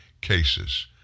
cases